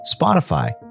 Spotify